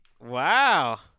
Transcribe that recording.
Wow